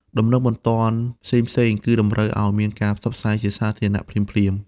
ដំណឹងបន្ទាន់ផ្សេងៗ គឺតម្រូវឲ្យមានការផ្សព្វផ្សាយជាសាធារណៈភ្លាមៗ។